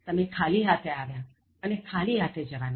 તમે ખાલી હાથે આવ્યા અને ખાલી હાથે જવાના